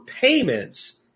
payments